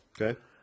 Okay